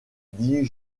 dis